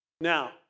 Now